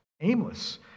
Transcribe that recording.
aimless